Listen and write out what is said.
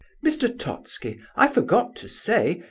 mr. totski, i forgot to say,